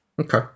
Okay